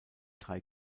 drei